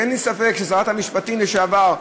אין לי ספק ששרת המשפטים לשעבר,